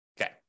Okay